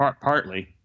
partly